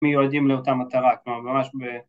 מיועדים לאותה מטרה כמו ממש